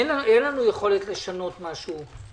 אין לנו יכולת לשנות משהו,